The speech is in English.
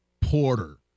Porter